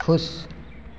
खुश